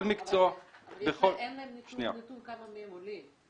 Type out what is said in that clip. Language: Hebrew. אבל אין נתון כמה מהם עולים.